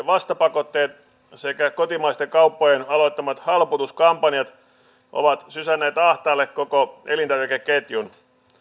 vastapakotteet sekä kotimaisten kauppojen aloittamat halpuutuskampanjat ovat sysänneet ahtaalle koko elintarvikeketjun